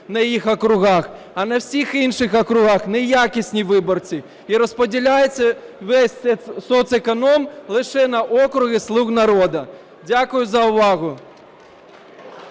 на їх округах, а на всіх інших округах - неякісні виборці, і розподіляється весь соцеконом лише на округи "слуг народу". Дякую за увагу.